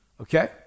Okay